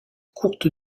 courtes